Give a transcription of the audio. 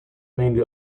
mainly